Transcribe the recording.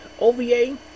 OVA